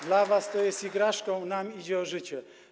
Dla was to jest igraszką, nam idzie o życie”